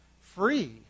free